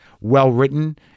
well-written